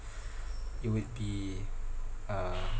it would be uh